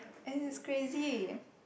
and it's crazy